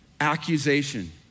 Accusation